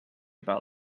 about